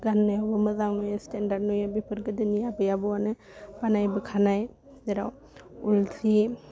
गान्नायावबो मोजां नुयो स्टेनडार्ड नुयो बेफोर गोदोनि आबै आबौवानो बानायबोखानाय जेराव उल जि